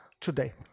today